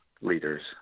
leaders